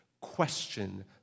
question